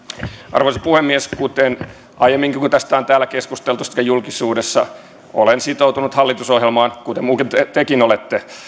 arvoisa puhemies kuten aiemminkin kun tästä on keskusteltu täällä sekä julkisuudessa olen sitoutunut hallitusohjelmaan kuten muuten tekin olette